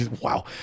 Wow